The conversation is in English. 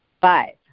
Five